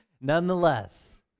Nonetheless